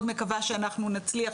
מאוד מקווה שאנחנו נצליח,